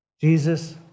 Jesus